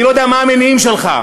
אני לא יודע מה המניעים שלך.